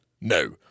No